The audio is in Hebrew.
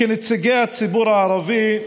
כנציגי הציבור הערבי,